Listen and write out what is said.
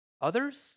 others